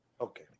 Okay